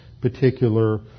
particular